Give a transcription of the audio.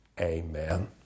amen